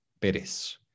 Pérez